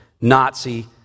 Nazi